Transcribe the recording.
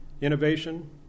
innovation